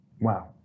Wow